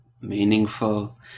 meaningful